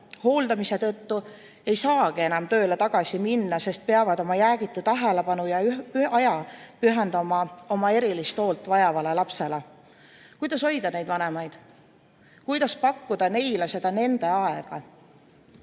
hooldamise tõttu ei saagi enam tööle tagasi minna, sest peavad oma jäägitu tähelepanu ja aja pühendama erilist hoolt vajavale lapsele. Kuidas hoida neid vanemaid? Kuidas pakkuda neile seda nende aega?